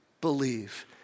believe